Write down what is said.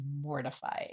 mortifying